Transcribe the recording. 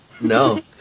No